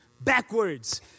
backwards